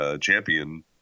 champion